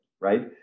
right